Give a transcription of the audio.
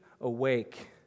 awake